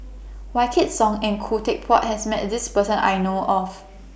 Wykidd Song and Khoo Teck Puat has Met This Person I know of